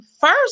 first